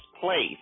place